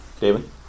David